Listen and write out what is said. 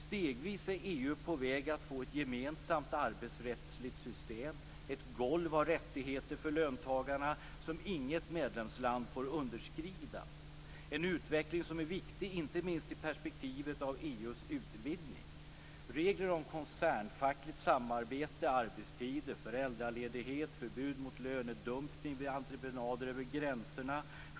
Stegvis är EU på väg att få ett gemensamt arbetsrättsligt system, ett golv av rättigheter för löntagarna som inget medlemsland får underskrida. Det är en utveckling som är viktig inte minst i perspektivet av EU:s utvidgning. Regler om koncernfackligt samarbete, arbetstider, föräldraledighet, förbud mot lönedumpning vid entreprenader över gränser.